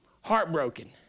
Heartbroken